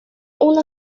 una